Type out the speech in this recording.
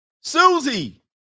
Susie